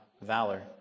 valor